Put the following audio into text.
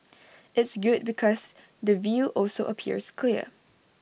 it's good because the view also appears clear